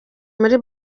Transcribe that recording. muri